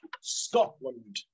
Scotland